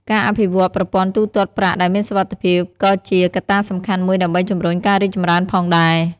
ការអភិវឌ្ឍប្រព័ន្ធទូទាត់ប្រាក់ដែលមានសុវត្ថិភាពក៏ជាកត្តាសំខាន់មួយដើម្បីជំរុញការរីកចម្រើនផងដែរ។